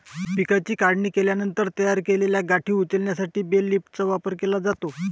पिकाची काढणी केल्यानंतर तयार केलेल्या गाठी उचलण्यासाठी बेल लिफ्टरचा वापर केला जातो